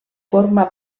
formà